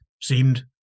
seemed